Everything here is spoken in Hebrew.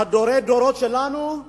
דורי הדורות שלנו,